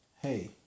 Hey